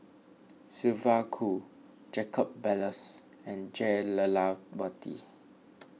Sylvia Kho Jacob Ballas and Jah Lelawati